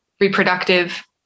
reproductive